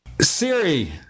Siri